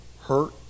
Hurt